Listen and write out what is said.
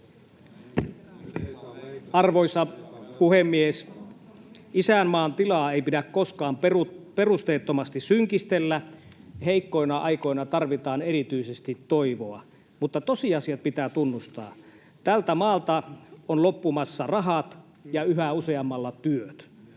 Arvoisa puhemies! Isänmaan tilaa ei pidä koskaan perusteettomasti synkistellä. Heikkoina aikoina tarvitaan erityisesti toivoa, mutta tosiasiat pitää tunnustaa. Tältä maalta on loppumassa rahat ja yhä useammalla työt.